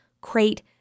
crate